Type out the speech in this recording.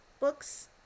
books